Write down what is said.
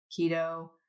keto